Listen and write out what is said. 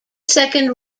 second